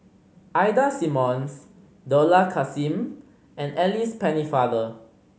Ida Simmons Dollah Kassim and Alice Pennefather